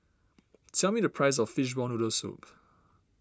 tell me the price of Fishball Noodle Soup